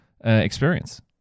experience